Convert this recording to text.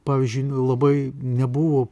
pavyzdžiui labai nebuvo